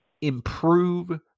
improve